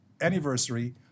anniversary